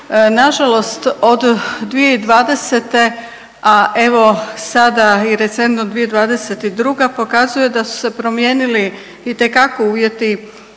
na žalost od 2020. a evo sada i recentno 2022. pokazuje da su se promijenili itekako uvjeti